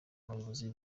abayobozi